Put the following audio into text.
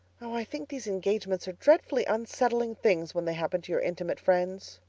i think these engagements are dreadfully unsettling things when they happen to your intimate friends.